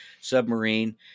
submarine